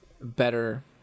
better